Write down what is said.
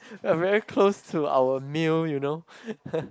we are very close to our meal you know